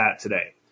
today